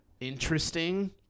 interesting